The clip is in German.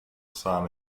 sahne